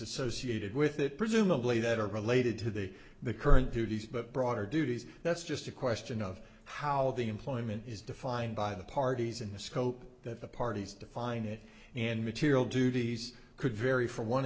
associated with it presumably that are related to the the current duties but broader duties that's just a question of how the employment is defined by the parties and the scope that the parties define it and material duties could vary from one